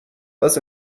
als